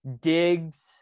digs –